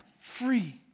free